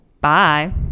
bye